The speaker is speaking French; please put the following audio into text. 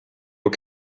aux